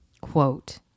quote